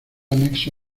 anexo